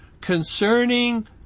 concerning